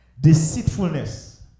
deceitfulness